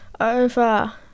over